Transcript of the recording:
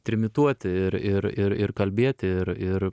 trimituoti ir ir ir ir kalbėti ir ir